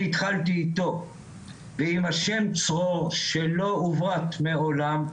אני התחלתי אתו ועם השם צרור שלא עוברת מעולם,